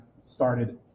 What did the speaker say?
started